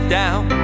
down